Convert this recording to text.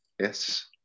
Yes